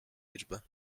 liczbę